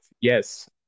Yes